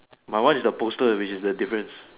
my one is a poster which is a difference